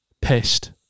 pissed